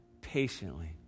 patiently